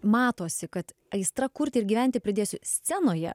matosi kad aistra kurti ir gyventi pridėsiu scenoje